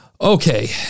Okay